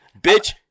Bitch